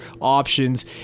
options